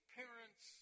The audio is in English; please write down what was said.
parents